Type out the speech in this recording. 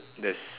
there's